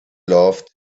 loved